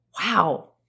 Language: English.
Wow